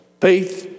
faith